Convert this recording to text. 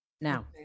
Now